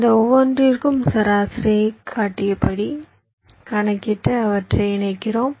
இந்த ஒவ்வொன்றிற்கும் சராசரியைக் காட்டியபடி கணக்கிட்டு அவற்றை இணைக்கிறோம்